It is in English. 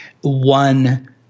One